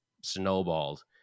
snowballed